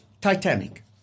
Titanic